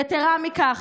יתרה מכך,